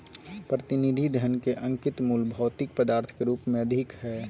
प्रतिनिधि धन के अंकित मूल्य भौतिक पदार्थ के रूप में अधिक हइ